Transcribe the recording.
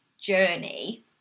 journey